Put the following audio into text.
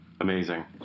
Amazing